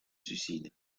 suicide